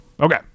Okay